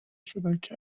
شدندکه